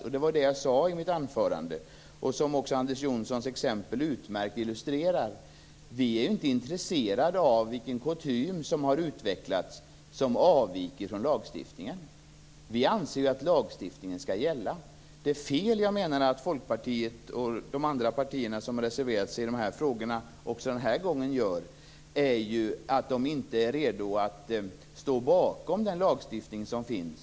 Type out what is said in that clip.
I mitt anförande sade jag - och det illustrerades utmärkt av Anders Johnsons exempel - att vi inte är intresserade av vilken kutym som har utvecklats och som avviker från lagstiftningen. Vi anser ju att lagstiftningen skall gälla. Jag anser att felet som Folkpartiet och de andra partierna som reserverat sig i dessa frågor gör också den här gången är att de inte är redo att stå bakom den lagstiftning som finns.